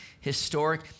historic